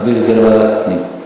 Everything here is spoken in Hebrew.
להעביר לוועדת הפנים.